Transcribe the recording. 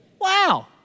Wow